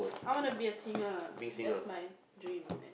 I want to be a singer that's my dream